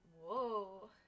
Whoa